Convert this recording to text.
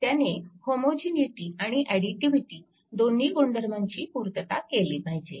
त्याने होमोजिनिटी आणि ऍडिटिव्हिटी दोन्ही गुणधर्माची पूर्तता केली पाहिजे